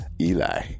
Eli